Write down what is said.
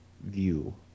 view